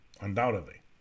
Undoubtedly